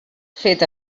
fet